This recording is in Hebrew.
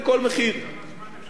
כמה זמן אפשר להגיד תודה?